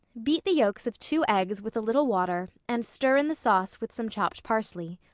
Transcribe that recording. beat the yolks of two eggs with a little water and stir in the sauce with some chopped parsley.